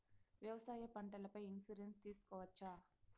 వ్యవసాయ పంటల పై ఇన్సూరెన్సు తీసుకోవచ్చా?